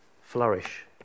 flourish